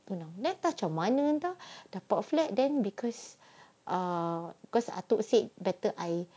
you know then tak tahu macam mana tahu bought flat then because ah because atuk said better I